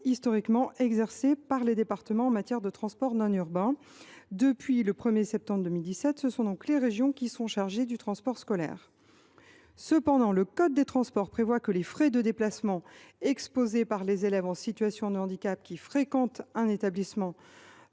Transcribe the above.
historiquement exercées par les départements en matière de transports non urbains. Depuis le 1 septembre 2017, ce sont donc les régions qui sont chargées du transport scolaire. Cependant, le code des transports prévoit que les frais de déplacement exposés par les élèves en situation de handicap qui fréquentent un établissement